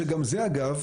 שגם זה אגב,